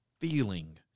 feeling